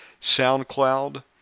SoundCloud